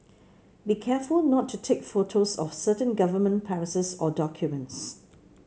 be careful not to take photos of certain government premises or documents